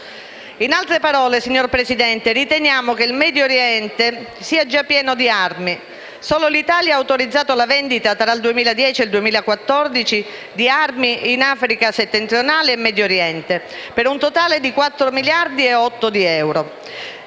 in altre parole riteniamo che il Medio Oriente sia già pieno di armi. Solo l'Italia ha autorizzato la vendita, tra il 2010 e il 2014, di armi in Africa settentrionale e in Medio Oriente per un totale di 4,8 miliardi di euro.